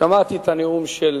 שמעתי את הנאומים של